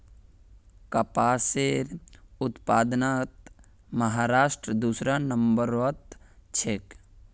कपासेर उत्पादनत महाराष्ट्र दूसरा नंबरत छेक